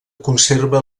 conserva